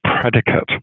predicate